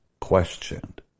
questioned